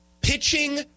Pitching